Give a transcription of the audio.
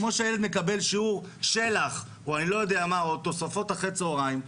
כמו שהילד מקבל שיעור של"ח או תוספות אחרי צהריים,